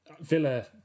Villa